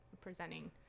presenting